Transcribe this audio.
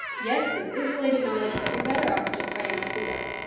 yes, this is related knowledge, but you're better off just writing pluto.